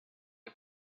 the